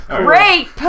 Rape